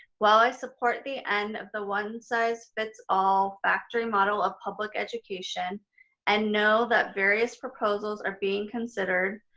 while i support the end of the one size fits all factory model of public education and know that various proposals are being considered,